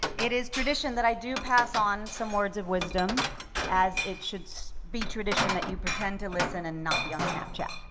it is tradition that i do pass on some words of wisdom as it should be tradition that you pretend to listen and not be on snapchat.